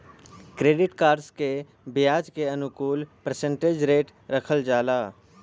credit cards के ब्याज के एनुअल परसेंटेज रेट रखल जाला